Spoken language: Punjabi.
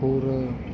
ਹੋਰ